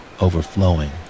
overflowing